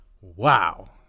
Wow